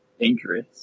Dangerous